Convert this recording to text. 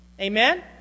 Amen